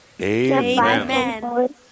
Amen